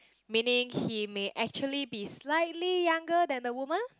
meaning he may actually be slightly younger than the woman